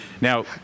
Now